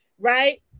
right